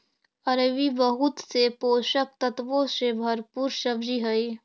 अरबी बहुत से पोषक तत्वों से भरपूर सब्जी हई